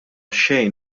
xejn